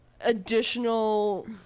additional